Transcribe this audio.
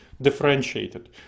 differentiated